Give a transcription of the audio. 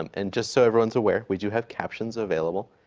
um and just so everyone is aware, we do have captions available.